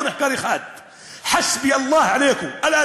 נחקר אחד (אומר בערבית: רב לכם באלוהים.